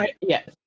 yes